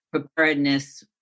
preparedness